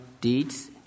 deeds